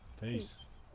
Peace